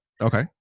Okay